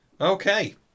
Okay